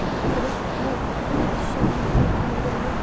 मतलब इक इ'यां आखदे न शरीर गी इक मतलब इ'यां